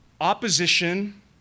opposition